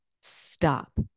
stop